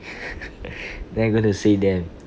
then I going to say them